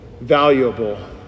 valuable